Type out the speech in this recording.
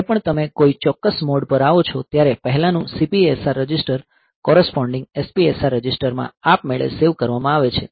જ્યારે પણ તમે કોઈ ચોક્કસ મોડ પર આવો છો ત્યારે પહેલાનું CPSR રજિસ્ટર કોરસપોન્ડીંગ SPSR રજિસ્ટરમાં આપમેળે સેવ કરવામાં આવે છે